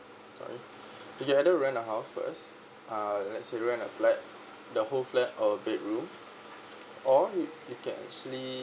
sorry you either rent a house first uh let's say rent a flat the whole flat or bedroom or you can actually